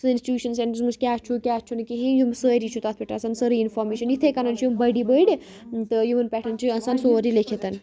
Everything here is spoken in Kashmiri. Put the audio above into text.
سٲنِس ٹیوٗشَن سٮنٹرَس منٛز کیاہ چھُ کیاہ چھُنہٕ کِہیٖنۍ یِم سٲری چھِ تَتھ پٮ۪ٹھ آسان سٲری اِنفارمیشَن یِتھَے کَنَن چھِ یِم بڑۍ بٔڑۍ تہٕ یِمَن پٮ۪ٹھ چھِ آسان سورُے لیکھِتھ